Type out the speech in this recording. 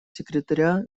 секретаря